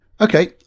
Okay